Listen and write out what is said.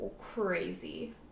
crazy